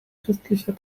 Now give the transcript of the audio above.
christlicher